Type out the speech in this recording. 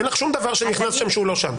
אין לך שום דבר שנכנס שם שהוא לא שם.